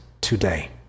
today